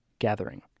Gathering